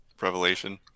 Revelation